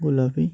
গোলাপি